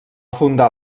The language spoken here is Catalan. fundar